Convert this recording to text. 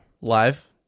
live